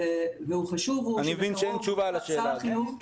והוא חשוב -- אני מבין שאין תשובה לשאלה הזאת.